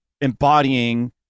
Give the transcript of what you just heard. embodying